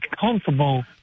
comfortable